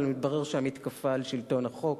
אבל מתברר שהמתקפה על שלטון החוק